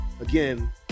Again